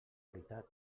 veritat